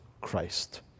Christ